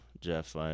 Jeff